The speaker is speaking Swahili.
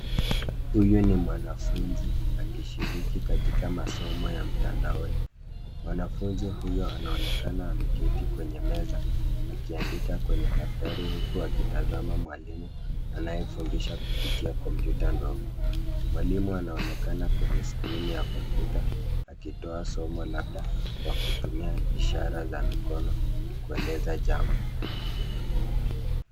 Huyu ni mwanafunzi akishiriki katika masomo ya mtandaoni. Mwanafunzi huyu anaonekana ameketi kwenye meza akiandika kwenye daftari huku akitazama mwalimu anayefundisha kupitia kompyuta ndogo. Mwalimu anaonekana kwenye skrini ya kompyuta akitoa somo labda kwa kutumia ishara za mikono kueleza jambo.